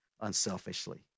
unselfishly